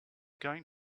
going